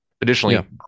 Additionally